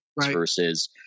versus